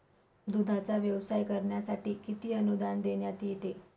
दूधाचा व्यवसाय करण्यासाठी किती अनुदान देण्यात येते?